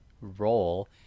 role